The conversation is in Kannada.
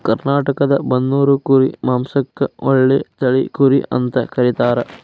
ಕರ್ನಾಟಕದ ಬನ್ನೂರು ಕುರಿ ಮಾಂಸಕ್ಕ ಒಳ್ಳೆ ತಳಿ ಕುರಿ ಅಂತ ಕರೇತಾರ